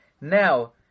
Now